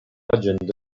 жөнүндө